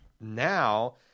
Now